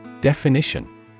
Definition